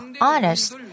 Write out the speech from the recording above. honest